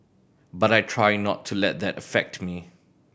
but I try not to let that affect me